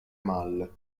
mal